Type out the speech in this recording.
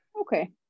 Okay